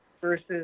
versus